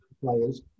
players